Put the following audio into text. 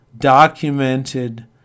documented